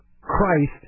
Christ